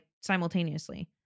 simultaneously